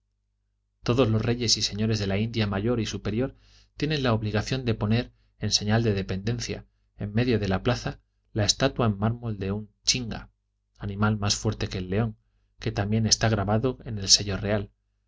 todos los reyes y señores de la india mayor y superior tienen la obligación de poner en señal de dependencia en medio de la plaza la estatua en mármol de un chinga animal más fuerte que el león que también está grabado en el sello real